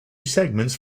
segments